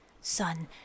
Son